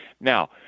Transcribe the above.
Now